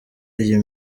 iyi